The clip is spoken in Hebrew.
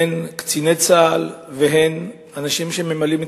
הן קציני צה"ל והן אנשים שממלאים את